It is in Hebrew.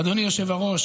אדוני היושב-ראש,